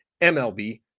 MLB